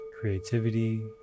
creativity